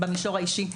במישור האישי,